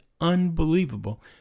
unbelievable